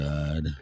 God